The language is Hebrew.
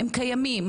הם קיימים,